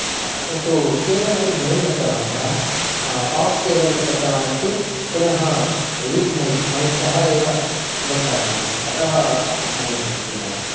तत्तु केवल् अपि द्वयं दत्तवान् सः आक्स् केबल् अपि दत्तवान् अस्ति पुनः वित् मैक् मैक् सह एव दत्तवान् अस्ति अतः सम्यक् अस्ति चिन्ता नास्ति